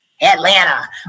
Atlanta